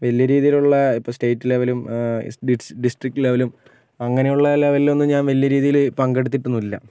വലിയ രീതിയിലുള്ള ഇപ്പം സ്റ്റേറ്റ് ലെവലും ഡിസ്ട്രിക്ട് ലെവലും അങ്ങനെയുള്ള ലെവലിൽ ഒന്നും ഞാൻ വലിയ രീതിയിൽ ഒന്നും പങ്കെടുത്തെട്ടൊന്നുമില്ല